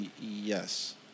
yes